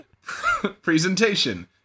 presentation